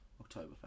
October